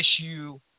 issue –